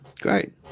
great